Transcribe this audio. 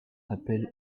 appelle